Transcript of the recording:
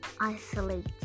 isolate